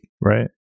right